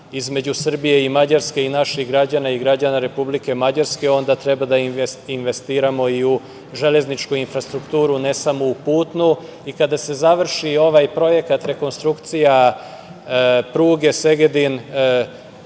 između Srbije i Mađarske i naših građana i građana Republike Mađarske, onda treba da investiramo i u železničku infrastrukturu, a ne samo u putnu? Kada se završi ovaj projekat rekonstrukcije pruge Segedin